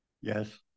Yes